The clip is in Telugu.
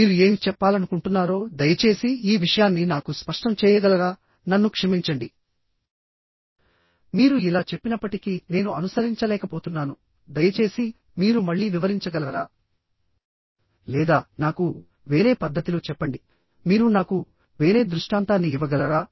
మీరు ఏమి చెప్పాలనుకుంటున్నారో దయచేసి ఈ విషయాన్ని నాకు స్పష్టం చేయగలరా నన్ను క్షమించండి మీరు ఇలా చెప్పినప్పటి కి నేను అనుసరించలేకపోతున్నాను దయచేసి మీరు మళ్ళీ వివరించగలరా లేదా నాకు వేరే పద్ధతిలో చెప్పండి మీరు నాకు వేరే దృష్టాంతాన్ని ఇవ్వగలరా